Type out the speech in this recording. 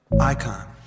icon